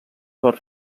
per